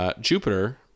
Jupiter